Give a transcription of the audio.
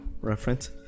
reference